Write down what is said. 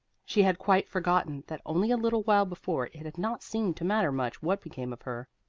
she had quite forgotten that only a little while before it had not seemed to matter much what became of her.